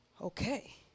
Okay